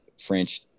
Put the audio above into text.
French